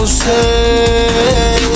say